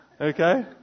Okay